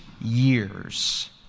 years